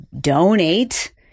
donate